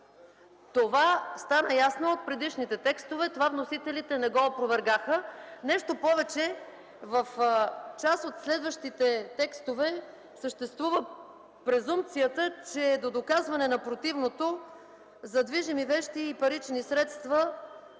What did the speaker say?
Това стана ясно от предишните текстове – вносителите не го опровергаха. Нещо повече, в част от следващите текстове съществува презумпцията, че до доказване на противното за движими вещи и парични средства